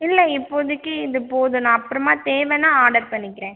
இல்லை இப்போதைக்கு இது போதும் நான் அப்புறமா தேவைனா ஆடர் பண்ணிக்கிறேன்